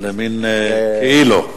למין כאילו,